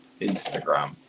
instagram